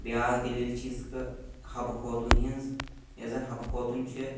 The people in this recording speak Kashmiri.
بیاکھ دٔلیٖل چھِ یِتھ کٲٹھۍ حَبہٕ خوتوٗنہِ ہِنٛز یۄس زَن حَبہٕ خوتوٗن چھِ